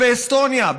באסטוניה,